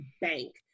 bank